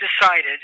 decided